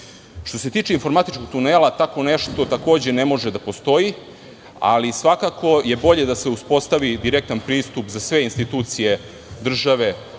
se tiče informatičkog tunela, tako nešto ne može da postoji, ali svakako je bolje da se uspostavi direktan pristup za sve institucije države